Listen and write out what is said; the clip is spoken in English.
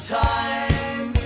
time